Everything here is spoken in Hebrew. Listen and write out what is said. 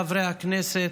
חבריי חברי הכנסת,